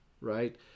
right